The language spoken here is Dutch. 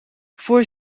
voor